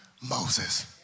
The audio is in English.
Moses